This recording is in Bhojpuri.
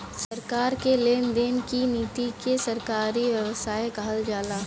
सरकार कअ लेन देन की नीति के सरकारी अर्थव्यवस्था कहल जाला